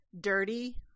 dirty